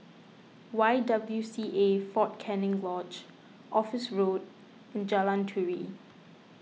Y W C A fort Canning Lodge Office Road and Jalan Turi